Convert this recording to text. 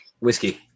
Whiskey